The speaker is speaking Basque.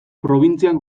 probintzian